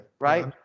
right